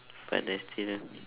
but there's still